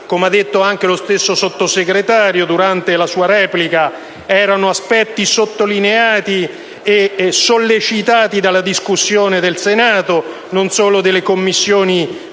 come ha detto anche lo stesso Sottosegretario durante la sua replica - erano aspetti sottolineati e sollecitati nella discussione del Senato, non solo delle Commissioni